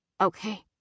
Okay